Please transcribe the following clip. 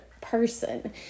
person